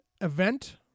event-